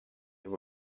they